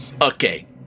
Okay